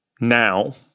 now